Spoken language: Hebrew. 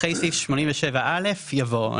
אחרי סעיף 87א' יבוא: